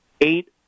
eight